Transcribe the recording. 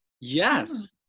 Yes